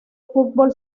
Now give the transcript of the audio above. fútbol